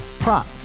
Prop